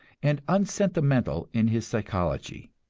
and unsentimental in his psychology.